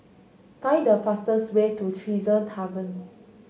find the fastest way to Tresor Tavern